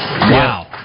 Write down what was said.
Wow